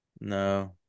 no